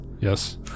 yes